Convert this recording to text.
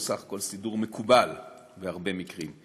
שהוא בסך הכול סידור מקובל בהרבה מקרים.